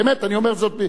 באמת אני אומר זאת.